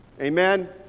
Amen